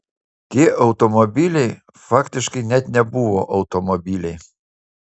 tie automobiliai faktiškai net nebuvo automobiliai